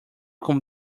con